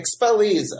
expellees